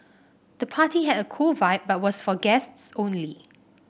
the party had a cool vibe but was for guests only